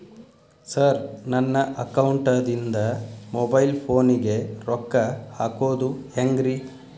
Sir ನನ್ನ ಅಕೌಂಟದಿಂದ mobile ಫೋನಿಗೆ ರೊಕ್ಕ ಹಾಕೋದು ಹೆಂಗ್ರಿ?